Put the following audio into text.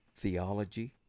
Theology